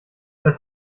das